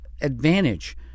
advantage